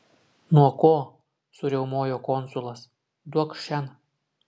nuo ko suriaumojo konsulas duokš šen